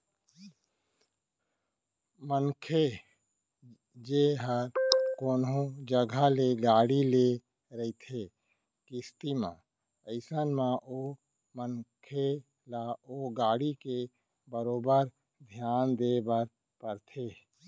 मनखे जेन ह कोनो जघा ले गाड़ी ले रहिथे किस्ती म अइसन म ओ मनखे ल ओ गाड़ी के बरोबर धियान देय बर परथे